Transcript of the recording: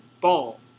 ball